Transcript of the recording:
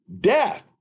death